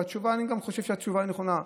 והתשובה, אני גם חושב שהתשובה היא נכונה,